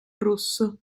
rosso